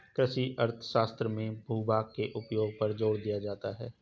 कृषि अर्थशास्त्र में भूभाग के उपयोग पर जोर दिया जाता है